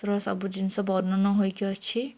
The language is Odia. ର ସବୁ ଜିନିଷ ବର୍ଣ୍ଣନ ହୋଇକି ଅଛି